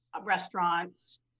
restaurants